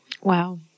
Wow